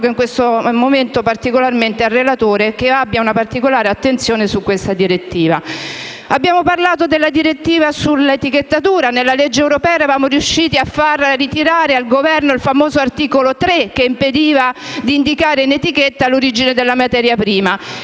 in questo momento mi rivolgo specialmente al relatore, affinché ponga una particolare attenzione su questa direttiva. Abbiamo parlato della direttiva sull'etichettatura. Nel testo della legge europea eravamo riusciti a fare ritirare al Governo il famoso articolo 3, che impediva di indicare in etichetta l'origine della materia prima.